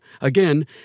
Again